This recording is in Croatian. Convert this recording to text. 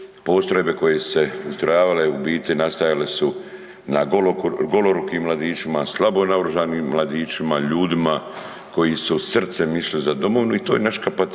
postrojbe koje su se ustrojavale u biti nastajale su na golorukim mladićima, slabo naoružanima mladićima, ljudima koji su srcem išli za domovinu i to je naš najveći